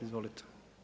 Izvolite.